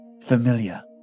familiar